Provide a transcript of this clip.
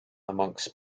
amongst